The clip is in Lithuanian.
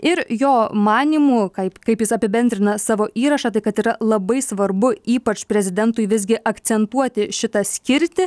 ir jo manymu kaip kaip jis apibendrina savo įrašą tai kad yra labai svarbu ypač prezidentui visgi akcentuoti šitą skirtį